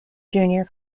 junior